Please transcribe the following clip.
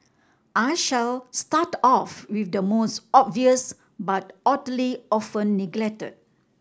I shall start off with the most obvious but oddly often neglected